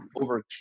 over